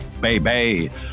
baby